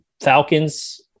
Falcons